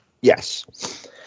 Yes